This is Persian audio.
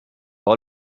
حال